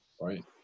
right